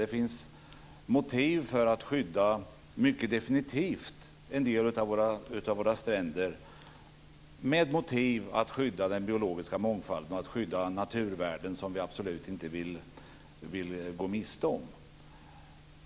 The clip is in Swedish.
Det finns motiv för att skydda en del av våra stränder med hänsyn till den biologiska mångfalden och naturvärden som vi absolut inte vill gå miste om.